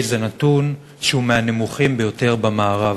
ציבורי, זה נתון שהוא מהנמוכים ביותר במערב.